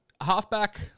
Halfback